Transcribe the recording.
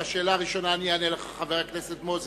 רק על השאלה הראשונה אני אענה לך, חבר הכנסת מוזס.